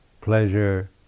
pleasure